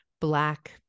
Black